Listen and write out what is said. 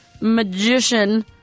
magician